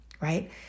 right